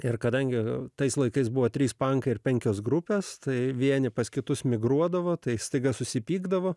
ir kadangi tais laikais buvo trys pankai ir penkias grupes tai vieni pas kitus migruodavo tai staiga susipykdavo